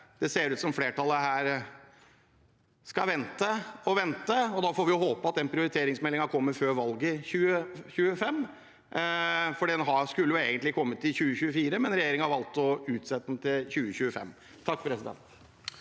ser det ut til at flertallet her skal vente og vente, og da får vi håpe at prioriteringsmeldingen kommer før valget i 2025. Den skulle jo egentlig kommet i 2024, men regjeringen valgte å utsette den til 2025.